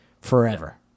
forever